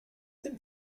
dem